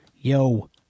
Yo